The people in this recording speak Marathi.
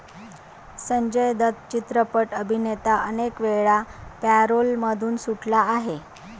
संजय दत्त चित्रपट अभिनेता अनेकवेळा पॅरोलमधून सुटला आहे